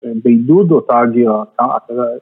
‫בן דודו תרגיע אותך.